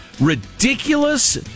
ridiculous